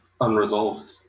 unresolved